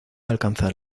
alcanzar